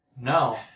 No